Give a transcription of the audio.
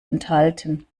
enthalten